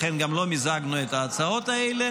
לכן גם לא מיזגנו את ההצעות האלה,